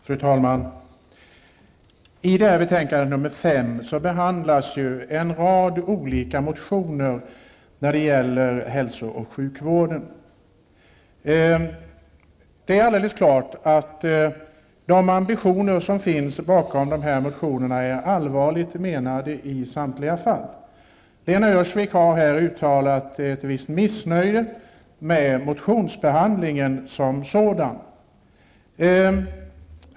Fru talman! I socialutskottets betänkande nr 5 behandlas en rad olika motioner rörande hälso och sjukvården. Det är alldeles klart att de ambitioner som finns bakom dessa motioner i samtliga fall är allvarligt menade. Lena Öhrsvik har här uttalat ett visst missnöje med motionsbehandlingen som sådan.